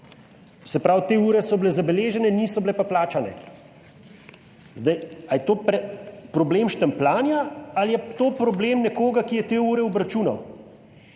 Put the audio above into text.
se pravi so bile te ure zabeležene, niso bile pa plačane. Ali je to problem štempljanja ali je to problem nekoga, ki je te ure obračunal?